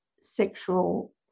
sexual